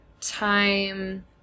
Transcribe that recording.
time